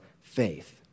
faith